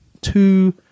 two